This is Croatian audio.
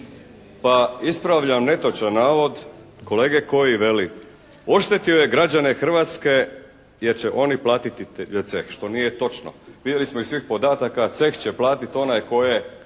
Pa ispravljam netočni navod kolege koji veli oštetio je građane Hrvatske jer će oni platiti ceh što nije točno. Vidjeli smo iz svih podataka ceh će platiti onaj tko je